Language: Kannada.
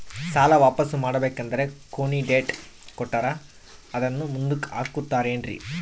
ಸಾಲ ವಾಪಾಸ್ಸು ಮಾಡಬೇಕಂದರೆ ಕೊನಿ ಡೇಟ್ ಕೊಟ್ಟಾರ ಅದನ್ನು ಮುಂದುಕ್ಕ ಹಾಕುತ್ತಾರೇನ್ರಿ?